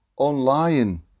Online